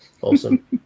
awesome